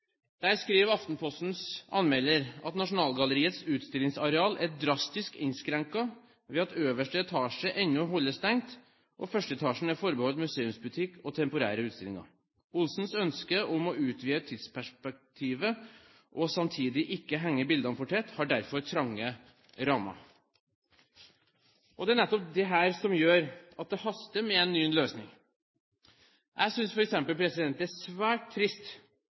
skriver Aftenpostens anmelder: «Nasjonalgalleriets utstillingsareal er drastisk innskrenket ved at øverste etasje ennå holdes stengt, og førsteetasjen er forbeholdt museumsbutikk og temporære utstillinger. Ohlsens ønske om å utvide tidsperspektivet og samtidig ikke henge bildene for tett, har derfor trange rammer.» Det er nettopp dette som gjør at det haster med å finne en løsning. Jeg synes f.eks. det er svært trist